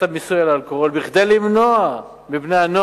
המיסוי על אלכוהול כדי למנוע מבני-הנוער